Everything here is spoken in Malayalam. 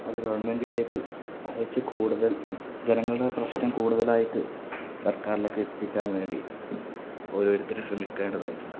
അത് ഗവൺമെന്റിലേക്ക് അയച്ച് കൂടുതൽ ജനങ്ങളുടെ പ്രശ്നം കൂടുതലായിട്ട് സർക്കാരിലേക്ക് എത്തിക്കാൻ വേണ്ടി ഓരോരുത്തരും ശ്രമിക്കേണ്ടതായിട്ടുണ്ട്